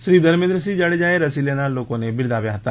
શ્રી ધર્મેન્દ્રસિંહ જાડેજાએ રસી લેનાર લોકોને બિરદાવ્યા હતા